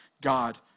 God